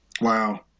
Wow